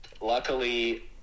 luckily